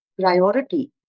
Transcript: priority